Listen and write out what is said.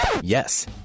Yes